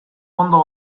ondo